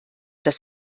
dass